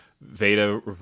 Veda